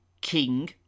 King